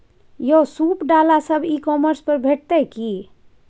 यौ सूप डाला सब ई कॉमर्स पर भेटितै की?